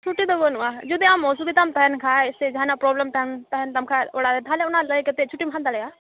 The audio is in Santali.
ᱪᱷᱩᱴᱤ ᱫᱚ ᱵᱟᱹᱱᱩᱜᱼᱟ ᱡᱩᱫᱤ ᱟᱢ ᱚᱥᱩᱵᱤᱫᱟᱢ ᱛᱟᱦᱮᱱ ᱠᱷᱟᱱ ᱥᱮ ᱡᱟᱦᱟᱱᱟᱜ ᱯᱚᱨᱚᱵᱽᱞᱮᱢ ᱛᱟᱦᱮᱱ ᱛᱟᱦᱮᱱ ᱛᱟᱢ ᱠᱷᱟᱱ ᱚᱲᱟᱜ ᱨᱮ ᱛᱟᱦᱚᱞᱮ ᱚᱱᱟ ᱞᱟᱹᱭ ᱠᱟᱛᱮᱫ ᱪᱷᱩᱴᱤᱢ ᱦᱟᱛ ᱫᱟᱲᱮᱭᱟᱜᱼᱟ